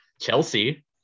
Chelsea